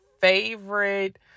favorite